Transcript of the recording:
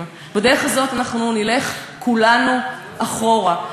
בדרך הזאת אנחנו נלך כולנו אחורה.